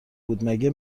بود، مگه